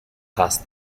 cast